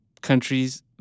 countries